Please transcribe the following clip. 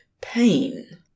Pain